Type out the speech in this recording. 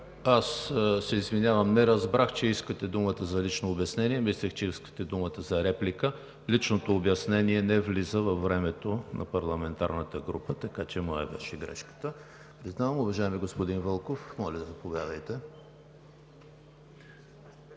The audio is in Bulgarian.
Данчев. Извинявам се, не разбрах, че искате думата за лично обяснение. Мислех, че искате думата за реплика. Личното обяснение не влиза във времето на парламентарната група, така че моя беше грешката. Уважаеми господин Вълков, моля, заповядайте.